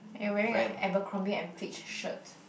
you're wearing a Abercrombie and Fitch shirt